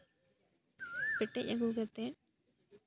ᱯᱮᱴᱮᱡ ᱟᱜᱩ ᱠᱟᱛᱮ